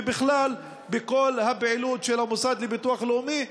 ובכלל בכל הפעילות של המוסד לביטוח לאומי,